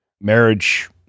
marriage